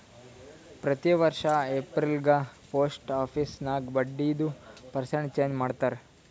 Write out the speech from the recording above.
ಪ್ರತಿ ವರ್ಷ ಎಪ್ರಿಲ್ಗ ಪೋಸ್ಟ್ ಆಫೀಸ್ ನಾಗ್ ಬಡ್ಡಿದು ಪರ್ಸೆಂಟ್ ಚೇಂಜ್ ಮಾಡ್ತಾರ್